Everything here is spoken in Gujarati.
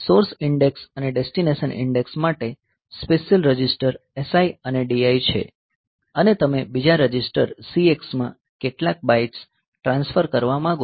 સોર્સ ઈન્ડેક્સ અને ડેસ્ટિનેશન ઈન્ડેક્સ માટે સ્પેશીયલ રજિસ્ટર SI અને DI છે અને તમે બીજા રજિસ્ટર CX માં કેટલા બાઈટ્સ ટ્રાન્સફર કરવા માગો છો